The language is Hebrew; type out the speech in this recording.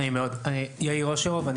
ואני